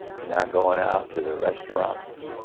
you're not going out to the restaurants.